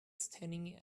standing